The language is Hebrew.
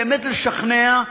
באמת לשכנע,